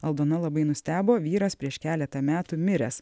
aldona labai nustebo vyras prieš keletą metų miręs